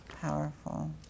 powerful